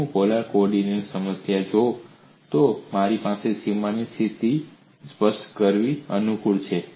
જો હું પોલાર કો ઓર્ડિનેટ્સમાં સમસ્યા જોઉં તો મારા માટે સીમાની સ્થિતિ સ્પષ્ટ કરવી અનુકૂળ છે